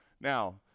Now